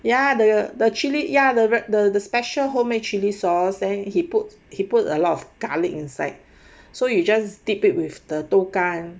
ya the the chilli ya the the special homemade chilli sauce then he put he put a lot of garlic inside so you just dip it with the 豆干